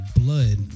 blood